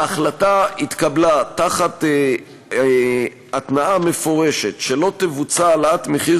ההחלטה התקבלה תחת התניה מפורשת שלא תבוצע העלאת מחיר